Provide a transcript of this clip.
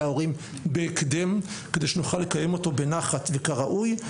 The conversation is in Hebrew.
ההורים בהקדם כדי שנוכל לקיים אותו בנחת וכראוי.